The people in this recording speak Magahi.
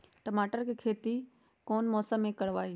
टमाटर की खेती कौन मौसम में करवाई?